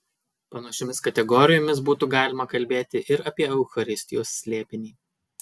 panašiomis kategorijomis būtų galima kalbėti ir apie eucharistijos slėpinį